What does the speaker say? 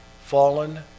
fallen